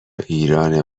ایرانه